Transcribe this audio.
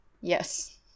Yes